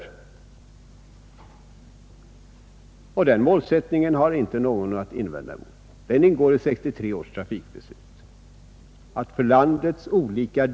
Denna tanke har ingen något att invända mot.